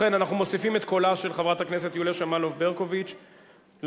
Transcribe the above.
אנו מוסיפים את קולה של חברת הכנסת יוליה שמאלוב-ברקוביץ לפרוטוקול,